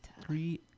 Three